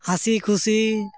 ᱦᱟᱸᱥᱤ ᱠᱷᱩᱥᱤ